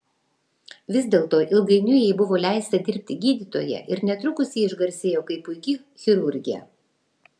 vis dėlto ilgainiui jai buvo leista dirbti gydytoja ir netrukus ji išgarsėjo kaip puiki chirurgė